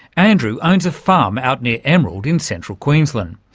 andrew owns a farm out near emerald in central queensland.